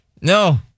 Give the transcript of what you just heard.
no